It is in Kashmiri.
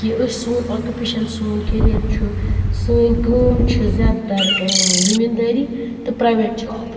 کہ أسۍ سون آکِپیشَن سون کیٚریر چھُ سٲنۍ کٲم چھِ زیادٕ تَر زٔمیٖن دٲری تہٕ پریٚویٚٹ جاب